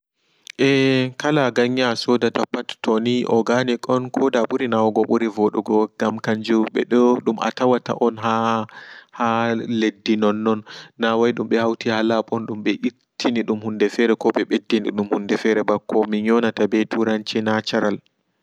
Eh kala ganye asodata pat toni organic on koda ɓuri nawugo ɓuri vodugo gam kanju ɓedo dum atawata on haa leddi nonnon nawai dumɓe hauti ha laɓ ɓa koɓe ɓeddini dum hunde fere koɓe ɓeddinidum hundfere ɓa komin yonata ɓe turanci natural.